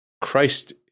Christ